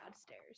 stairs